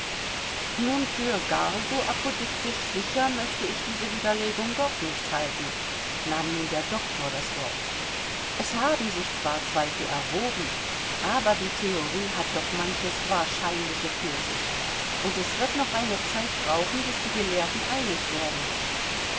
nun für gar so apodiktisch sicher möchte ich diese widerlegungen doch nicht halten nahm nun der doktor das wort es haben sich zwar zweifel erhoben aber die theorie hat doch manches wahrscheinliche für sich und es wird noch eine zeit brauchen bis die gelehrten einig werden